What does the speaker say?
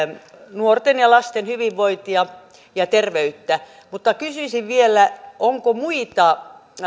nuorten ja lasten hyvinvointia ja terveyttä mutta kysyisin vielä onko muita